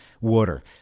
water